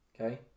okay